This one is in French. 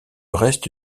reste